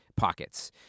Pockets